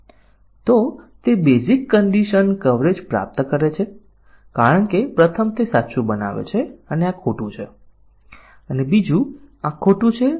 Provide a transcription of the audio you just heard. ઉદાહરણ તરીકે વિધાન કવરેજમાં પ્રોગ્રામ એલિમેંટ નિવેદન છે શાખા કવરેજમાં જેને અહીં નિર્ણય કવરેજ તરીકે પણ ઓળખવામાં આવે છે આપણે દરેક શાખાની સ્થિતિની તપાસ કરીએ છીએ